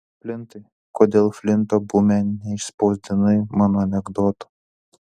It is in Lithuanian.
flintai kodėl flinto bume neišspausdinai mano anekdoto